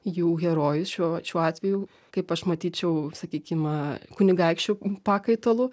jų herojus šiuo šiuo atveju kaip aš matyčiau sakykim kunigaikščių pakaitalu